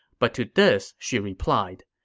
but to this, she replied,